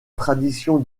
tradition